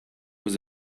was